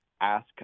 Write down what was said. Ask